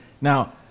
Now